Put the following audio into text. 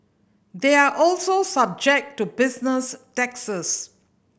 they are also subject to business taxes